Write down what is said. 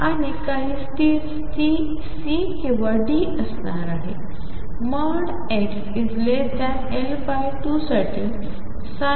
आणि काही स्थिर C किंवा D असणार आहे xL2